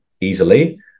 easily